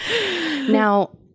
Now